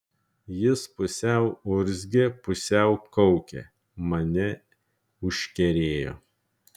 jis pusiau urzgė pusiau kaukė mane užkerėjo